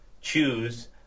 choose